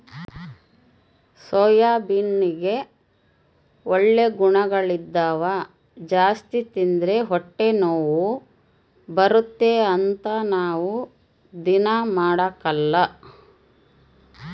ಸೋಯಾಬೀನ್ನಗ ಒಳ್ಳೆ ಗುಣಗಳಿದ್ದವ ಜಾಸ್ತಿ ತಿಂದ್ರ ಹೊಟ್ಟೆನೋವು ಬರುತ್ತೆ ಅಂತ ನಾವು ದೀನಾ ಮಾಡಕಲ್ಲ